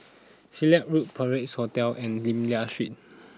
Silat Road Parc Sovereign Hotel and Lim Liak Street